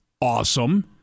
awesome